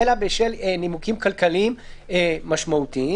אלא בשל נימוקים כלכליים משמעותיים.